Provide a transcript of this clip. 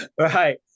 Right